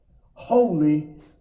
holy